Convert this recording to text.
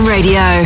Radio